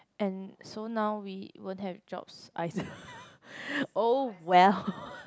and so now we won't have jobs I oh well